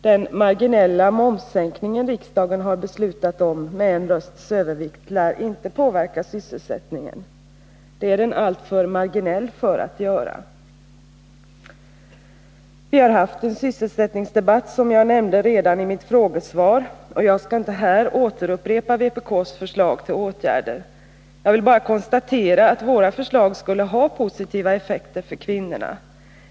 Den marginella momssänkning som riksdagen har beslutat om med en rösts övervikt lär inte påverka sysselsättningen. Det är den alltför marginell för att göra. Vi har haft en sysselsättningsdebatt, som jag nämnde redan i mitt frågesvar, och jag skall inte här återupprepa vpk:s förslag till åtgärder. Jag vill bara konstatera att våra förslag skulle ha positiva effekter för kvinnorna.